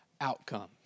outcome